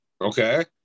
Okay